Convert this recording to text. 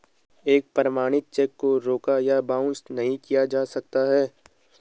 एक प्रमाणित चेक को रोका या बाउंस नहीं किया जा सकता है